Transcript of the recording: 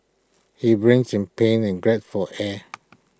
he writhed in pain and gasped for air